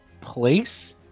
place